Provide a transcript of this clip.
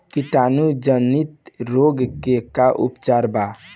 कीटाणु जनित रोग के का उपचार बा?